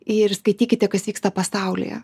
ir skaitykite kas vyksta pasaulyje